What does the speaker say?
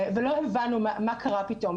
ולא הבנו מה קרה פתאום.